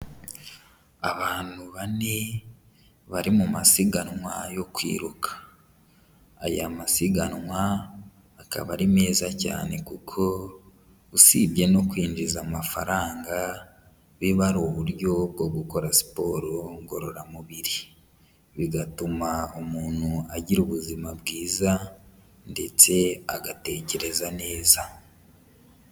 Abantu bane bari mu masiganwa yo kwiruka, aya masiganwa akaba ari meza cyane kuko usibye no kwinjiza amafaranga, biba ari uburyo bwo gukora siporo ngororamubiri, bigatuma umuntu agira ubuzima bwiza ndetse agatekereza neza.